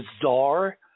bizarre